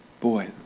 Boy